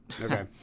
okay